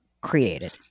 created